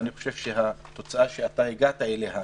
אני חושב שהתוצאה שהגעת אליה,